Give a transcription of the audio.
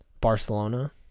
barcelona